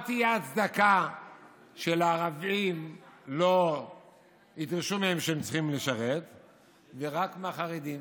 מה תהיה ההצדקה של הערבים שלא ידרשו מהם לשרת ורק מהחרדים?